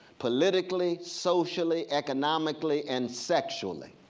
politically, socially, economically, and sexually.